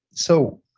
so,